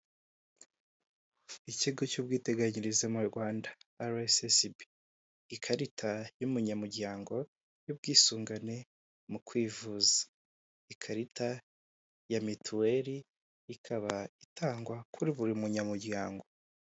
Ikigo cy'ubwiteganyirize mu Rwanda RSSB ikarita y'umunyamuryango y'ubwisungane mu kwivuza, ikarita ya mituweri ikaba itangwa kuri buri munyamuryango.